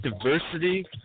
diversity